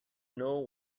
know